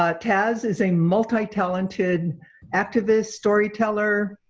ah taz is a multi-talented activist, storyteller,